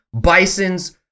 bisons